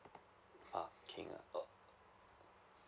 uh